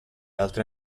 altri